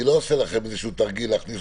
אני לא עושה לכם איזשהו תרגיל של להכניס